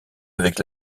avec